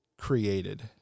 created